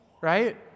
Right